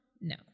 no